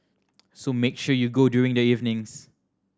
so make sure you go during the evenings